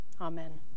Amen